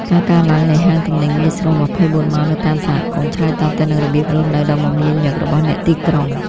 ការកើនឡើងនៃហាងទំនិញងាយស្រួល ២៤ ម៉ោង នៅតាមសហគមន៍ ឆ្លើយតបទៅនឹងរបៀបរស់នៅដ៏មមាញឹករបស់អ្នកទីក្រុង។